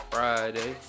Friday